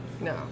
No